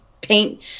paint